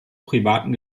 privaten